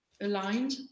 aligned